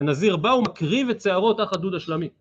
הנזיר בא ומקריב את שערות תחת דוד השלמים.